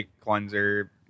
cleanser